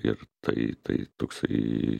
ir tai tai toksai